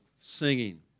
singing